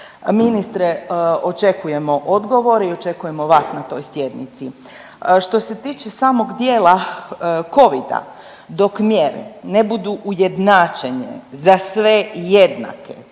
Ministre, očekujemo odgovor i očekujemo vas na toj sjednici. Što se tiče samog dijela covida dok mjere ne budu ujednačene, za sve jednake,